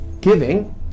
Giving